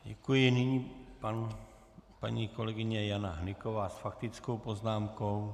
Děkuji, nyní paní kolegyně Jana Hnyková s faktickou poznámkou.